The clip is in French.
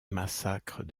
massacres